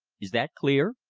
is that clear?